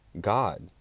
God